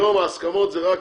היום ההסכמות זה רק